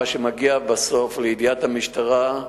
מה שמגיע בסוף לידיעת המשטרה,